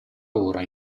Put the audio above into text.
ora